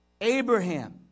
Abraham